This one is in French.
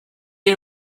est